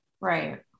Right